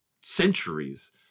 centuries